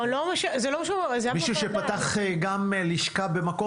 זה לא מה שהוא אמר --- מישהו שפתח לשכה במקום